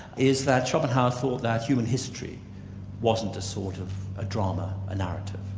is that schopenhauer thought that human history wasn't a sort of ah drama, a narrative.